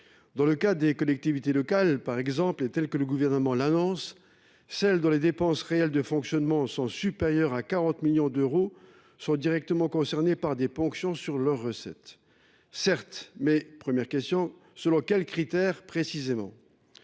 Dans le cas des collectivités locales, par exemple, le Gouvernement a annoncé que celles dont les dépenses réelles de fonctionnement sont supérieures à 40 millions d’euros seront directement concernées par des ponctions sur leurs recettes. Certes, mais selon quels critères précisément ?